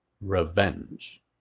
revenge